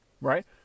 right